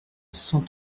cent